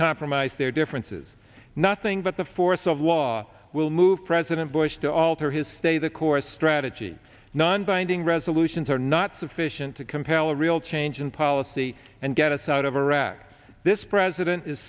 compromise their differences nothing but the force of law will move president bush to alter his stay the course strategy non binding resolutions are not sufficient to compel a real change in policy and get us out of iraq this president is